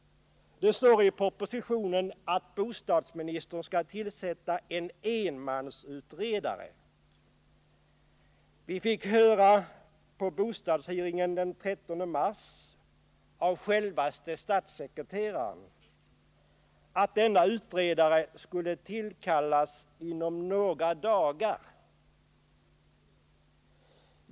Det står i propositionen att bostadsministern skall tillsätta en enmansutredare. Vi fick vid bostadshearingen den 13 mars höra av självaste statssekreteraren att denna utredare skulle tillkallas ”inom några dagar”.